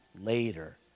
later